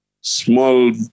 small